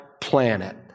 planet